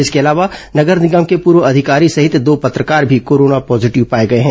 इसके अलावा नगर निगम के पूर्व अधिकारी सहित दो पत्रकार भी कोरोना पॉजीटिव पाए गए हैं